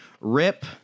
Rip